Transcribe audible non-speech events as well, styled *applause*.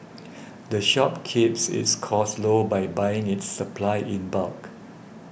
*noise* the shop keeps its costs low by buying its supplies in bulk